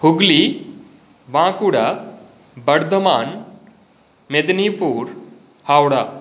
हुग्ली वाकुडा वर्धमान् मेदनीपूर् हाव्ड़ा